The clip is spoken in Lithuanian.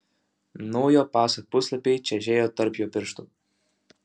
naujo paso puslapiai čežėjo tarp jo pirštų